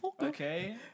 Okay